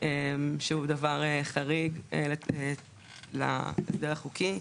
שהיא דבר חריג להסדר החוקי.